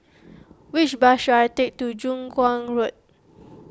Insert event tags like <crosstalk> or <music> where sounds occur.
which bus should I take to <unintelligible> Kuang Road